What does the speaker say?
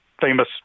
famous